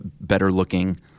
better-looking